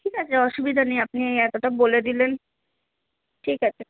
ঠিক আছে অসুবিধা নেই আপনি এতোটা বলে দিলেন ঠিক আছে